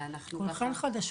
ואנחנו --- כולכן חדשות.